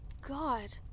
god